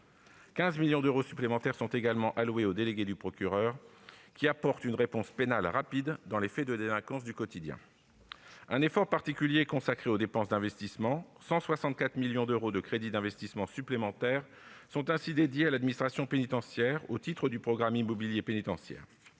15 millions d'euros supplémentaires sont alloués aux délégués du procureur, qui apportent une réponse pénale rapide dans les faits de délinquance du quotidien. Un effort particulier est consacré aux dépenses d'investissement : 164 millions d'euros de crédits supplémentaires sont accordés à l'administration pénitentiaire au titre du programme immobilier pénitentiaire,